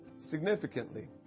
significantly